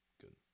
good